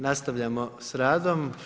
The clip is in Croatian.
Nastavljamo sa radom.